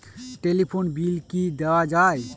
Telephone bill কি দেওয়া যায়?